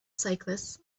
cyclists